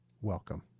welcome